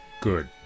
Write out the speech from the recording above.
good